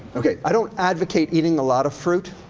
ok. i don't advocate eating a lot of fruit.